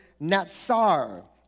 natsar